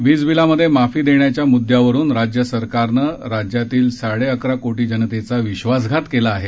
वीजबिलात माफी देण्याच्या म्दद्यावरून राज्य सरकारने राज्यातील साडे अकरा कोटी जनतेचा विश्वासघात केला आहे